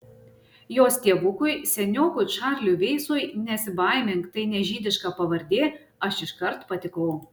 jos tėvukui seniokui čarliui veisui nesibaimink tai ne žydiška pavardė aš iškart patikau